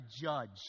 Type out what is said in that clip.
judge